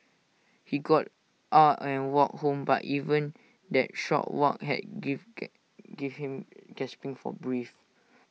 he got out and walked home but even that short walk had give give him gasping for breath